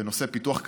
בנושא פיתוח כלכלי,